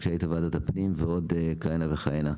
כשהיית ועדת הפנים ועוד כהנה וכהנה.